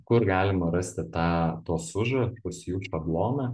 kur galima rasti tą tuos užrašus jų šabloną